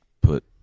put